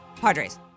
Padres